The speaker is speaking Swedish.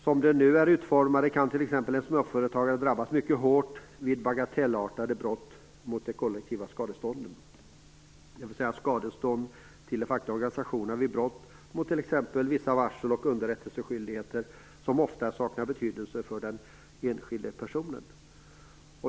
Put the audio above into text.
Som de nu är utformade, kan t.ex. en småföretagare drabbas mycket hårt vid bagatellartade brott mot de kollektiva skadestånden, dvs. skadestånden till fackliga organisationer vid brott mot t.ex. vissa varsel och underrättelseskyldigheter som oftast saknar betydelse för den enskilde.